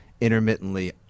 intermittently